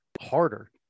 harder